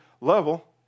level